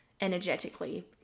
energetically